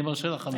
אני מרשה לך חמש.